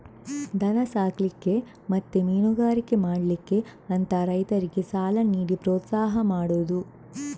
ದನ ಸಾಕ್ಲಿಕ್ಕೆ ಮತ್ತೆ ಮೀನುಗಾರಿಕೆ ಮಾಡ್ಲಿಕ್ಕೆ ಅಂತ ರೈತರಿಗೆ ಸಾಲ ನೀಡಿ ಪ್ರೋತ್ಸಾಹ ಮಾಡುದು